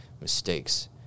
mistakes